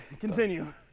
Continue